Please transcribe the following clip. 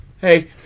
hey